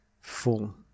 full